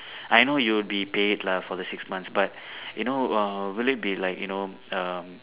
I know you will be paid lah for the six months but you know uh will it be like you know um